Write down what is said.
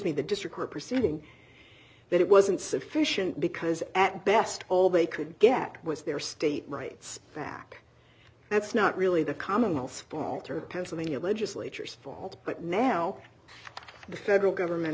me the district court proceeding that it wasn't sufficient because at best all they could get was their state rights back that's not really the commonwealth's falter pennsylvania legislatures fault but now the federal government